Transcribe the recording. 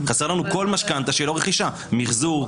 חסר לנו כל משכנתה שהיא לא רכישה: מחזור,